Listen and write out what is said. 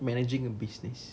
managing a business